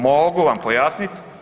Mogu vam pojasnit.